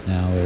Now